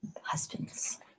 Husbands